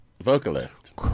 vocalist